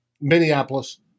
Minneapolis